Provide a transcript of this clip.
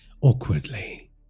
awkwardly